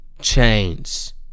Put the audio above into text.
chains